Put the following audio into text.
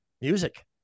Music